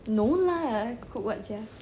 no lah cook what sia